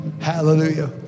hallelujah